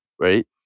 right